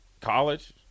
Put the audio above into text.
college